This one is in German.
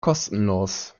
kostenlos